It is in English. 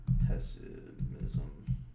pessimism